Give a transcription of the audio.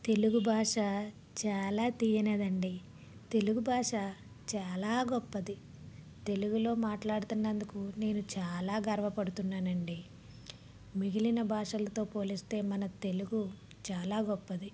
తెలుగు భాష చాలా తీయనిది అండి తెలుగు భాష చాలా గొప్పది తెలుగులో మాట్లాడుతున్నందుకు నేను చాలా గర్వపడుతున్నాను అండి మిగిలిన భాషలతో పోలిస్తే మన తెలుగు చాలా గొప్పది